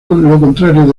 contrario